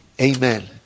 Amen